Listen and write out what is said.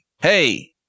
Hey